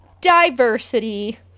diversity